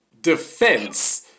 defense